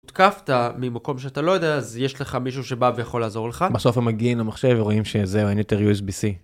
הותקפת ממקום שאתה לא יודע אז יש לך מישהו שבא ויכול לעזור לך בסוף מגיעים למחשב ורואים שזהו אין יותר usb-c.